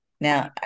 Now